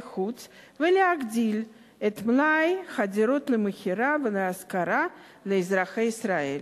חוץ ולהגדיל את מלאי הדירות למכירה ולהשכרה לאזרחי ישראל.